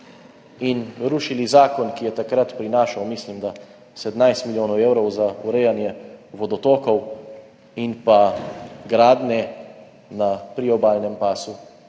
in rušili zakon, ki je takrat prinašal, mislim, da 17 milijonov evrov za urejanje vodotokov in prepovedoval gradnje na priobalnem pasu.